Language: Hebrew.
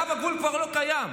קו הגבול כבר לא קיים.